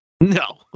No